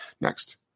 Next